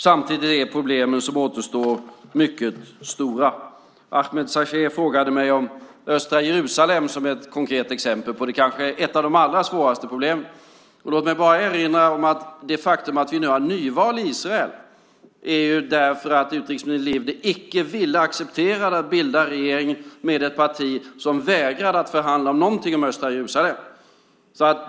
Samtidigt är de problem som återstår mycket stora. Ameer Sachet frågade mig om östra Jerusalem som ett konkret exempel på ett av de allra svåraste problemen. Låt mig bara erinra om att det faktum att vi nu har nyval i Israel är för att utrikesministern Livni icke ville acceptera att bilda regering med ett parti som vägrade förhandlade någonting om östra Jerusalem.